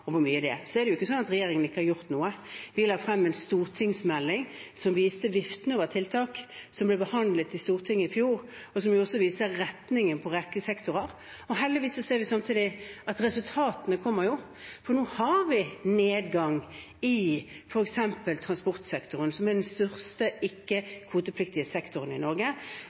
og hvor mye det er. Det er ikke sånn at regjeringen ikke har gjort noe. Vi la frem en stortingsmelding som viste listen over tiltak som ble behandlet i Stortinget i fjor, og som også viser retningen på en rekke sektorer. Heldigvis ser vi samtidig at resultatene kommer. Nå har vi nedgang i f.eks. transportsektoren, som er den største ikke-kvotepliktige sektoren i Norge.